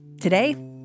Today